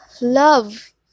love